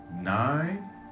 nine